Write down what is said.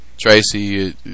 Tracy